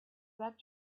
that